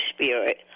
Spirit